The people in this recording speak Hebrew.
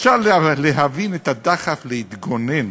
אפשר להבין את הדחף להתגונן,